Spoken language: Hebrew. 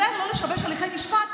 ואני איזהר לא לשבש הליכי משפט,